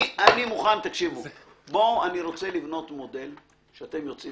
אני רוצה לבנות מודל שאתם יוצאים